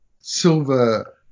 silver